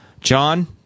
John